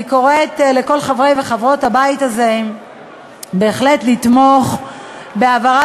אני קוראת לכל חברי וחברות הבית הזה בהחלט לתמוך בהעברת